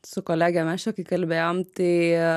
su kolege mes čia kai kalbėjom tai